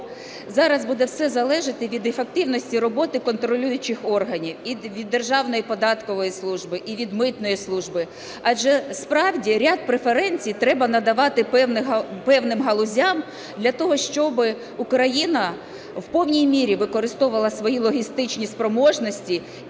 зараз буде все залежати від ефективності роботи контролюючих органів, і від Державної податкової служби, і від Митної служби. Адже, справді, ряд преференцій треба надавати певним галузям для того, щоб Україна в повній мірі використовувала свої логістичні спроможності